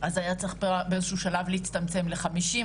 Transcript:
אז היה צריך באיזשהו שלב להצטמצם ל-50,